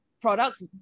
products